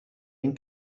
این